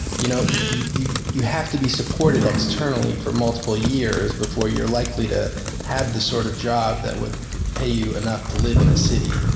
you know you you have to be supported externally for multiple years before you're likely to have the sort of job that would pay you enough to live in a city,